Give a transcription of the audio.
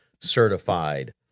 certified